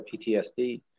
PTSD